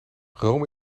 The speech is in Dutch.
rome